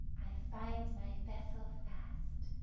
i find my vessel fast.